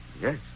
Yes